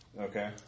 Okay